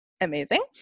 amazing